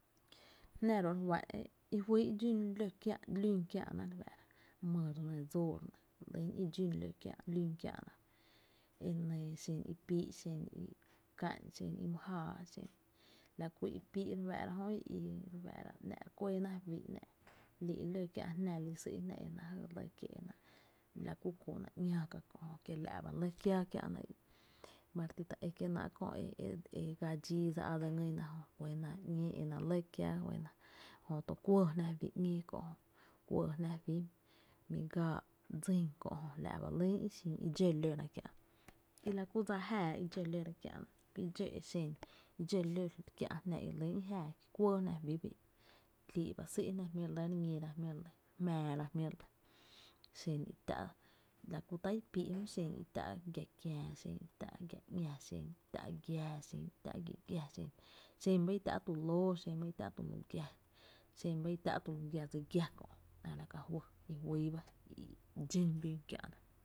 Jná ro’ re fá’n i juyy e dxún lún kiáá’na re fáára, my re nɇ, dsoo re nɇ re lýn i dxún lún kiä’na e nɇɇ xen i píi’, xen i ká’n, xen i my jáaá xen, la ku ipii’ jö ‘nⱥⱥ’ re kuɇɇna fí, lii’ ló kiä’ jná, e sÿ’ jná e náá’ jy e lɇ kié’ e náá’ la ku kú’na ñaa ka kö’ jö, ma re ti ta e kie’ lɇ e náá’ köö ga dxii dse á dse ngýna jö juɇna ‘ñéé e náá’ lɇ kiáá, juɇna jö to kuɇɇ jná fí ñee kö’ jö mi gaa dsín kö’ jö la nɇ ba lýn i xin dxó lóra kiä’ na, i lña ku dsa jáaá i dxó lora kiä’na dxó ló kiä’ jná i lý i jááa ki kuɇɇ jná juí ba i i, lii’’ ba sÿ’jná jmíi’re lɇ re ñíra, jmíi’ re lɇ re jmaara jmí’ re lɇ, la ku tá’ i píi’ jö, xen i tá’ giⱥ kiää, xen i tá’ gia ‘ñá, xen i tá’ giⱥⱥ, xen i tá’ gi giⱥ, xen ba i tá’ tulóo, xen ba i tá’ tulu giⱥ, xen ba i tá’ tulu giⱥ dsi giⱥ kö’ a la ka juy, i juyy ba i dxún lún kiää’na.